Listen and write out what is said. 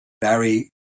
Barry